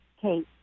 Kate